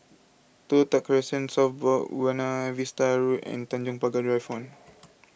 Toh Tuck Crescent South Buona Vista Road and Tanjong Pagar Drive phone